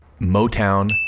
Motown